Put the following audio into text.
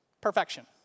Perfection